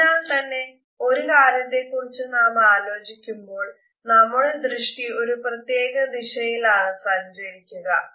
അതിനാൽ തന്നെ ഒരു കാര്യത്തെ കുറിച്ച് നാം ആലോചിക്കുമ്പോൾ നമ്മുടെ ദൃഷ്ടി ഒരു പ്രത്ത്യേക ദിശയിലാണ് സഞ്ചരിക്കുക